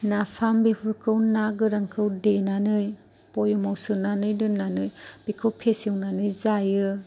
नाफाम बेफोरखौ ना गोरानखौ देनानै भयेमाव सोनानै दोननानै बेखौ फेसेवनानै जायो